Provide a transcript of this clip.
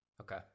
Okay